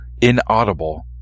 inaudible